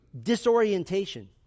Disorientation